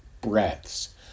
breaths